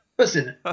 Listen